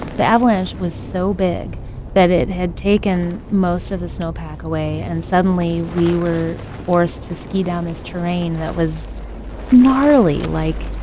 the avalanche was so big that it had taken most of the snowpack away, and suddenly we were forced to ski down this terrain that was gnarly. like,